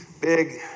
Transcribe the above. big